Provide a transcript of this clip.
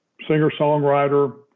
singer-songwriter